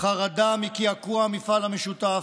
חרדה מקעקוע המפעל המשותף,